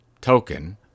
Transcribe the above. token